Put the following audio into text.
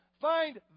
Find